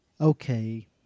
okay